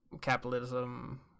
capitalism